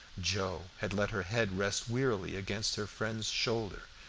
joe had let her head rest wearily against her friend's shoulder,